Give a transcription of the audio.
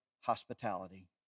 hospitality